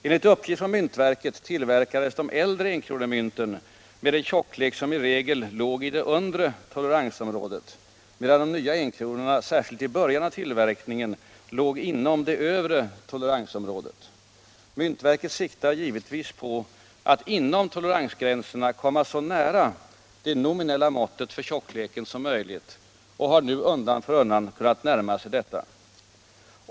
Enligt uppgift från myntverket tillverkades de äldre enkronemynten med en tjocklek som i regel låg i det undre toleransområdet, medan de nya enkronorna särskilt i början av tillverkningen låg inom det övre toleransområdet. Myntverket siktar givetvis på att inom toleransgrän 3 serna komma så nära det nominella måttet för tjockleken som möjligt och har nu undan för undan kunnat närma sig detta.